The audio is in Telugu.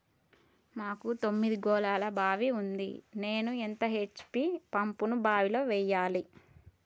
మాకు తొమ్మిది గోళాల బావి ఉంది నేను ఎంత హెచ్.పి పంపును బావిలో వెయ్యాలే?